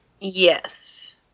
Yes